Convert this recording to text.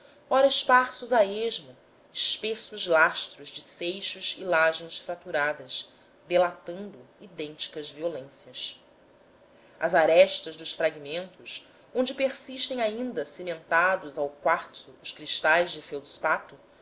ora esparsos a esmo espessos lastros de seixos e lajes fraturadas delatando idênticas violências as arestas dos fragmentos onde persistem ainda cimentados ao quartzo os cristais de feldspato